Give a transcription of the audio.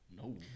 No